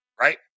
Right